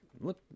look